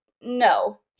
no